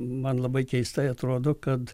man labai keistai atrodo kad